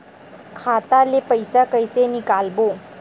खाता ले पईसा कइसे निकालबो?